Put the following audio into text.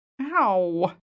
Ow